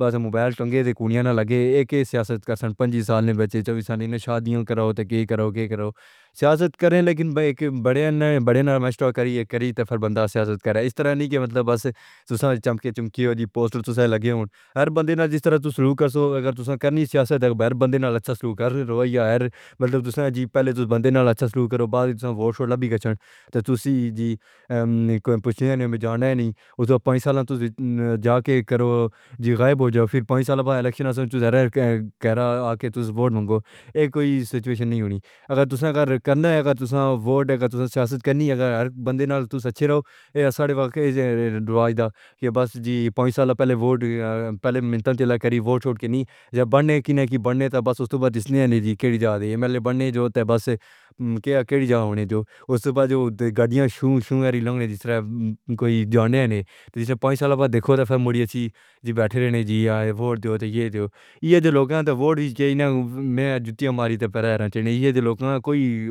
بس موبال چانگیاں تے کونیاں نہ لگے۔ ایک ہی سیاست کار سنپنجی سال نے بچے چوبیس سال انہیں شادیاں کرو تے کے کرو کے کرو سیاست کریں لیکن ایک بڑے نہ بڑے نا مشتاق قریش قریش پھر بندہ سیاست کرے اس طرح نہیں کہ مطلب بس تو سانجھ چمکے چمکے ہو جی پوسٹر تو سے لگے ہوں۔ ہر بنے نا جس طرح تو سلو کر سو اگر تو ثانی سیاست ابھر بنے نال اچھا سلو کر رہا ہے مطلب تو سانجھے پہلے تو بندے نال اچھا سلو کرو بعد سانجھ ووٹ لبی کسن تے تو سی جی پوچھے نہیں جانا ہے نہیں اوسے پونچھ سال تو نہ جا کے کرو جی غائب ہو جاؤ پونچھ سال بعد الیکشن تھے زہرا کہہ رہا آ کے توز ووٹ مانگوں۔ یہ کوئی سیچوئیشن نہیں ہونی اگر دوسرا اگر کرنا ہے اگر تو سانجھ ووٹ کرنی ہے اگر ہر بنے نال تو سچے رہو۔ ایسا ہارے واقعے جیسے ڈرائیو دا کہ بس جی پونچھ سال پہلے ووٹ پہلے ملا تیلہ کریس ووٹ کے نئی بننے کے نہ کیں بننے تھے بس اس تو بعد دس نے ہے نہ جی کیر جاتے ہیں ملے بننے جو تے بس کیا کیریج آ ہونی جو اس بعد جو گاڑیاں شو شو ایری لنگڈ ہیں جس طرح کوئی جانے ہیں نہیں تو جیسے پونچھ سال بعد دیکھو تے پھر مودی جی بیٹھے رہنے جی آئے ووٹ دیو تے یہ دیو یہ لوکالوں تے ووٹ نہ میں جوتیاں ماری تے پہنائے رہنے یہ لوگوں کوئی